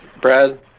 Brad